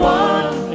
one